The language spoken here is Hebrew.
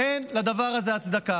אין לדבר הזה הצדקה.